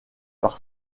par